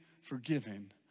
forgiven